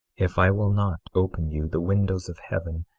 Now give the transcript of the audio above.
if i will not open you the windows of heaven,